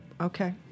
okay